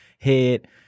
head